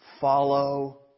Follow